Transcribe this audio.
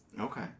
Okay